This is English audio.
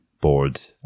board